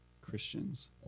Christians